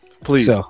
Please